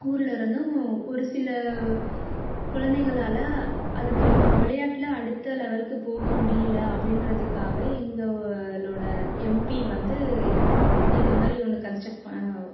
ஊர்லேருந்து ஒரு சில குழந்தைங்களால் அதுக்கு அப் விளையாட்டில் அடுத்த லெவல்க்கு போக முடியல அப்படின்றதுக்காக எங்களோடய எம்பி வந்து இது மாதிரி ஒன்று கன்ஸ்ட்ரெக் பண்ணிணாங்க